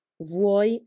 vuoi